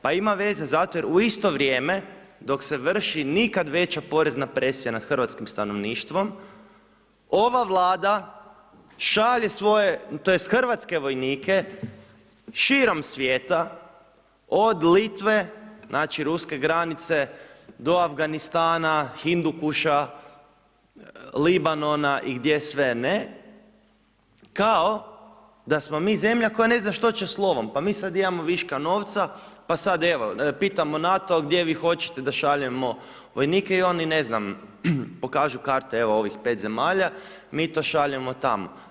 Pa ima veze, zato jer u isto vrijeme dok se vrši nikad veća porezna presija nad hrvatskim stanovništvom ova Vlada šalje, svoje, tj. hrvatske vojnike, širom svijeta od Litve, znači ruske granice do Afganistana, Hindukuša, Libanona i gdje sve ne, kao da smo mi zemlja koja ne zna što će s lovom, pa mi sad imamo viška novca, pa sad evo, pitamo NATO gdje vi hoćete da šaljemo vojnike, i oni ne znam, pokažu kartu ovih pet zemalja, mi to šaljemo tamo.